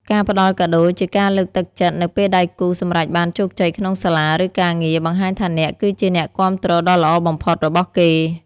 ការផ្ដល់កាដូជាការលើកទឹកចិត្តនៅពេលដៃគូសម្រេចបានជោគជ័យក្នុងសាលា ឬការងារ បង្ហាញថាអ្នកគឺជាអ្នកគាំទ្រដ៏ល្អបំផុតរបស់គេ។